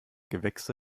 gewächse